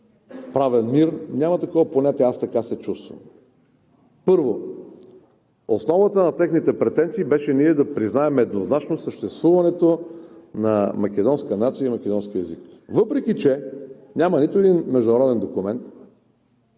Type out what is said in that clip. правен мир, няма такова понятие: „Аз така се чувствам.“ Първо, в основата на техните претенции беше ние да признаем еднозначно съществуването на македонска нация и македонски език, въпреки че няма нито един международен документ,